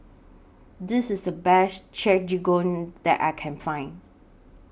This IS The Best that I Can Find